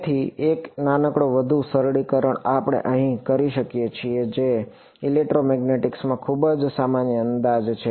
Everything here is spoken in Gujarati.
તેથી એક નાનકડો વધુ સરળીકરણ આપણે અહીં કરી શકીએ છીએ જે ઇલેક્ટ્રોમેગ્નેટિક્સમાં ખૂબ જ સામાન્ય અંદાજ છે